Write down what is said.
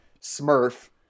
smurf